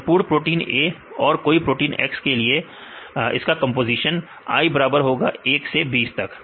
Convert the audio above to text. संपूर्ण protein A और कोई प्रोटीन X के लिए का कंपोजीशन i बराबर होगा 1 से 20 तक